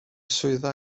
swyddfa